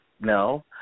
no